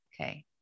Okay